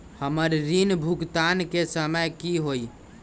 हमर ऋण भुगतान के समय कि होई?